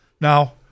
Now